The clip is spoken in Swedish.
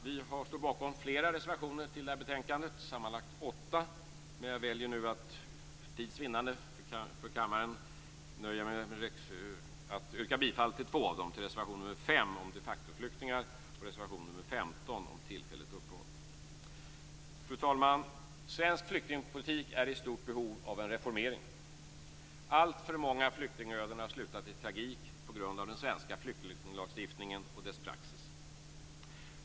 Vi står bakom flera reservationer till detta betänkande, sammanlagt åtta, men jag väljer nu för tids vinnande i kammaren att yrka bifall endast till två av dem, till reservation nr 5 om de factoflyktingar och reservation nr 15 om tillfälligt uppehåll. Fru talman! Svensk flyktingpolitik är i stort behov av en reformering. Alltför många flyktingöden har slutat i tragik på grund av den svenska flyktinglagstiftningen och dess praxis.